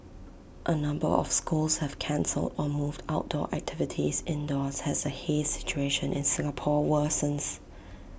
A number of schools have cancelled or moved outdoor activities indoors has A haze situation in Singapore worsens